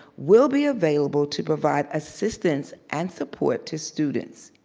will be available to provide assistance and support to students.